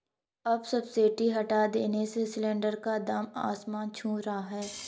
अब सब्सिडी हटा देने से सिलेंडर का दाम आसमान छू रहा है